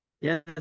Yes